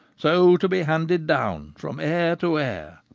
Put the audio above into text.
so to be handed down from heir to heir.